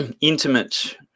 intimate